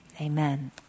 Amen